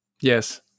Yes